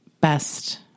best